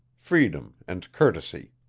fredom and curteisye